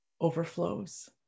overflows